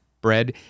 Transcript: bread